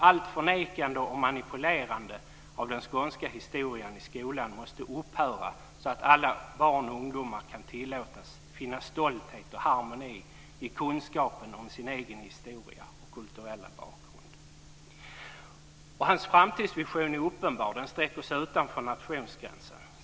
Allt förnekande och manipulerande av den skånska historien i skolan måste upphöra så att alla barn och ungdomar kan tillåtas finna stolthet och harmoni i kunskapen om sin egen historia och kulturella bakgrund. Hans framtidsvision är uppenbar. Den sträcker sig utanför nationsgränsen.